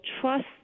trust